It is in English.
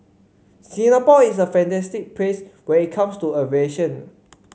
Singapore is a fantastic place when it comes to aviation